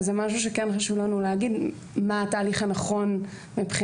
אז זה משהו שכן חשוב לנו להגיד מה התהליך הנכון מבחינתנו